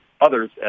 others